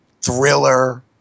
Thriller